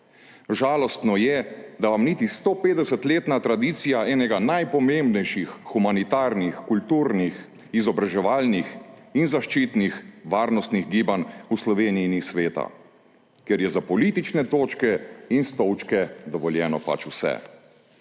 Žalostno je, da vam niti 150-letna tradicija enega najpomembnejših humanitarnih, kulturnih, izobraževalnih in zaščitnih varnostnih gibanj v Sloveniji ni sveta, ker je za politične točke in stolčke dovoljeno pač vse.